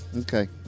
Okay